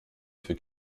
für